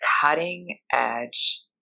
cutting-edge